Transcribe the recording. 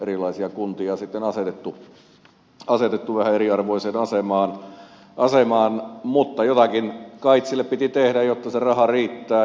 erilaisia kuntia on sitten asetettu vähän eriarvoiseen asemaan mutta jotakin kait sille piti tehdä jotta se raha riittää